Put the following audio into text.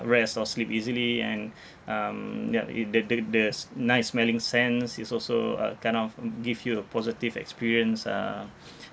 rest or sleep easily and um yup it the the the s~ nice smelling scents is also uh kind of mm give you a positive experience uh